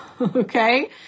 Okay